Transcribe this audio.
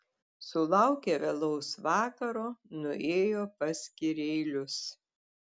sulaukę vėlaus vakaro nuėjo pas kireilius